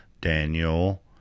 Daniel